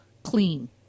clean